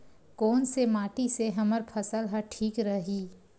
कोन से माटी से हमर फसल ह ठीक रही?